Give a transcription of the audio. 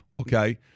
Okay